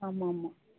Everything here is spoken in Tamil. ஆமாம் ஆமாம்